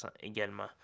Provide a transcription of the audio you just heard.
également